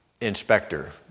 inspector